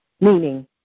meaning